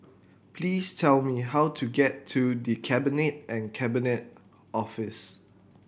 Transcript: please tell me how to get to The Cabinet and Cabinet Office